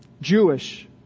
Jewish